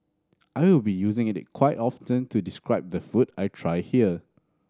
I will be using it quite often to describe the food I try here